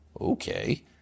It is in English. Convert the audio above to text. Okay